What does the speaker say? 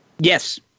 Yes